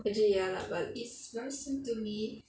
actually ya lah but